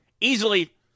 Easily